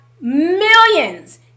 millions